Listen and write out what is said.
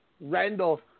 Randall